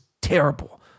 terrible